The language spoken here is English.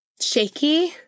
shaky